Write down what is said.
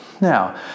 Now